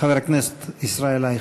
חבר הכנסת ישראל אייכלר.